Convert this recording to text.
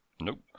Nope